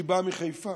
היא באה מחיפה.